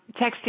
texting